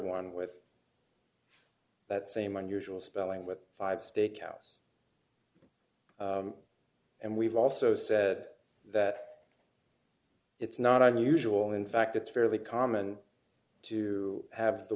one with that same unusual spelling with five steakhouse and we've also said that it's not unusual in fact it's fairly common to have the